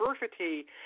diversity